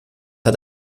hat